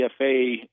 CFA